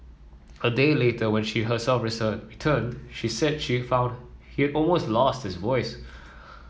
a day later when she herself returned she said she found he always lost his voice